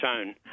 own